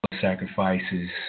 sacrifices